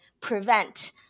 prevent